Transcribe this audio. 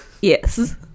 Yes